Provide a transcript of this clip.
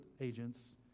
agents